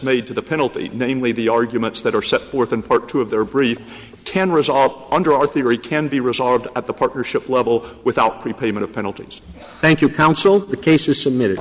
made to the penalty namely the arguments that are set forth in part two of their brief cameras are under our theory can be resolved at the partnership level without prepayment penalties thank you counsel the case is submitted